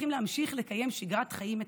צריכים להמשיך לקיים שגרת חיים מתפקדת.